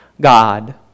God